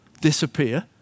disappear